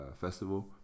Festival